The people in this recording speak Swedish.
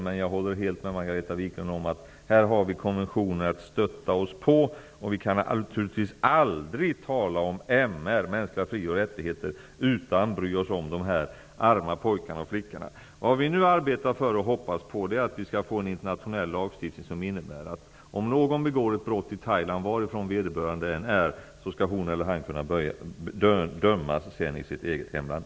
Men jag håller helt med Margareta Viklund om att vi här har konventionen att stötta oss på. Naturligtvis kan vi aldrig tala om MR, de mänskliga fri och rättigheterna, utan att bry oss om de här arma pojkarna och flickorna. Vad vi nu arbetar för och hoppas på är att vi får en internationell lagstiftning som innebär att den som begår ett brott i Thailand skall, oavsett varifrån han eller hon är, kunna dömas i sitt hemland.